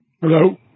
Hello